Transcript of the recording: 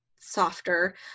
softer